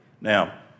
Now